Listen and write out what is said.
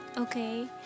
Okay